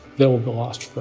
they'll be lost forever.